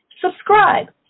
Subscribe